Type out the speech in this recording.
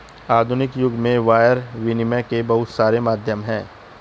आधुनिक युग में वायर विनियम के बहुत सारे माध्यम हैं